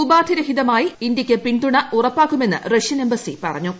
ഉപാധിരഹിതമായി ഇന്ത്യയ്ക്ക് പിന്തുണ ഉറപ്പാക്കുമെന്ന് റഷ്യൻ എംബസി പറഞ്ഞു